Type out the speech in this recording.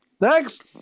Next